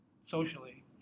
socially